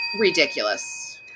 ridiculous